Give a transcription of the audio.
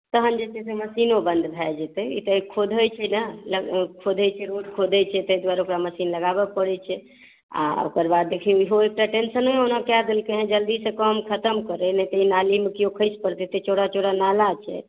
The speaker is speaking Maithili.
तहन जे छै से मशीनो बन्द भए जेतै ई तऽ खोदहे छै ने मतलब खोदहे छै रोड खोदहै छै ताहि दुआरे ओकरा मशीन लगाबऽ पड़ैत छै आ ओकर बाद देखियौ इहो एकटा टेंशने ओना कए देलकै जल्दीसँ काम खतम करै लेकिन नालीमे केओ खसि पड़तै एते चौड़ा चौड़ा नाला छै